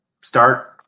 start